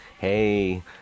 hey